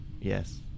Yes